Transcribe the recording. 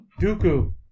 Dooku